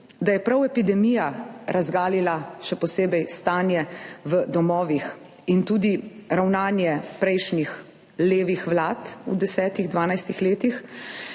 da je prav epidemija razgalila še posebej stanje v domovih in tudi ravnanje prejšnjih, levih vlad v 10, 12 letih,